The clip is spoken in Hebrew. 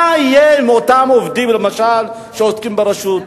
מה יהיה עם אותם עובדים, למשל, שעובדים ברשות?